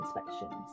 inspections